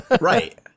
Right